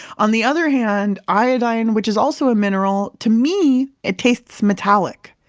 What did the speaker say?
on the other hand, iodine, which is also a mineral, to me it tastes metallic.